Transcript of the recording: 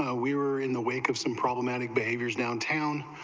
ah we're we're in the wake of some problematic behaviors downtown,